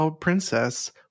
princess